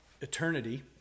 eternity